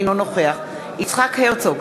אינו נוכח יצחק הרצוג,